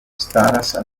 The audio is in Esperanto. staras